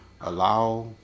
allow